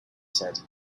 said